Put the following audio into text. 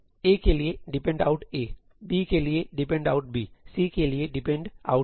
A के लिए dependout a B के लिए dependout b C के लिए dependout c